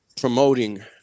Promoting